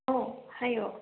ꯑꯧ ꯍꯥꯏꯌꯣ